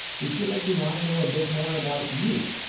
we feel like we want to know a bit more about you.